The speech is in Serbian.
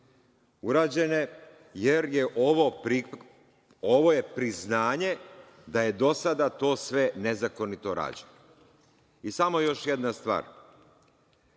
urađene, jer je ovo priznanje da je do sada to sve nezakonito rađeno. Samo još jedna stvar.